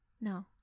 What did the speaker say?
No